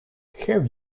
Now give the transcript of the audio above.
have